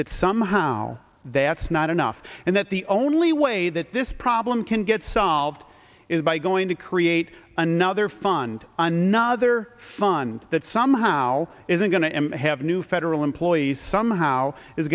that somehow that's not enough and that the only way that this problem can get solved is by going to create another fund another fund that somehow isn't going to have new federal employees somehow i